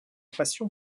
passion